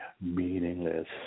meaningless